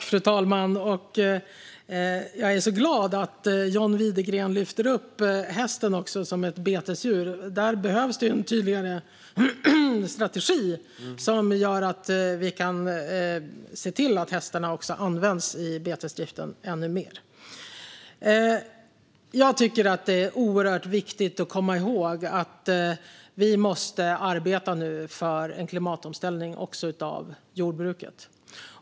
Fru talman! Jag är glad att John Widegren lyfter fram hästen som ett betesdjur. Det behövs tydligen en strategi som gör att vi kan se till att också hästarna används i betesdriften ännu mer. Jag tycker att det är oerhört viktigt att komma ihåg att vi måste arbeta för en klimatomställning också av jordbruket.